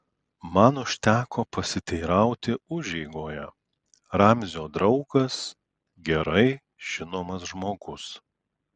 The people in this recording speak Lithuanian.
man užteko pasiteirauti užeigoje ramzio draugas gerai žinomas žmogus